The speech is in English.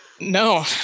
No